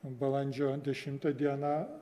balandžio dešimtą dieną